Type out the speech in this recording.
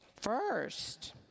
First